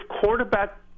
quarterback